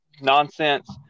nonsense